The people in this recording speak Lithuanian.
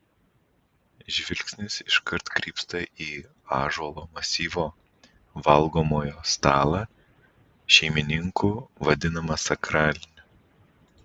žvilgsnis iškart krypsta į ąžuolo masyvo valgomojo stalą šeimininkų vadinamą sakraliniu